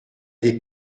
des